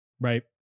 right